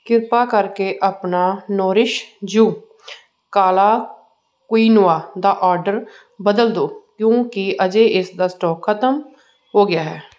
ਕ੍ਰਿਪਾ ਕਰਕੇ ਆਪਣਾ ਨੋਰਿਸ਼ ਯੂ ਕਾਲਾ ਕੁਇਨੋਆ ਦਾ ਆਰਡਰ ਬਦਲ ਦਿਓ ਕਿਉਂਕਿ ਅਜੇ ਇਸ ਦਾ ਸਟਾਕ ਖਤਮ ਹੋ ਗਿਆ ਹੈ